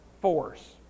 force